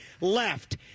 left